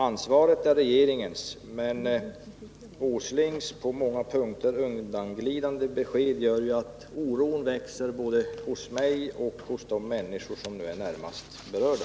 Ansvaret är regeringens, men Nils Åslings på många punkter undanglidande besked gör att oron växer både hos mig och hos de människor som är närmast berörda.